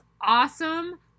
awesome